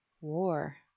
war